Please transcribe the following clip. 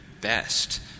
best